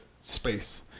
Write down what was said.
Space